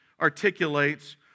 articulates